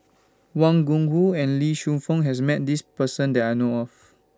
Wang Gungwu and Lee Shu Fen has Met This Person that I know of